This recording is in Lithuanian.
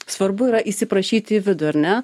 svarbu yra įsiprašyti į vidų ar ne